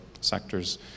sectors